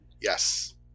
Yes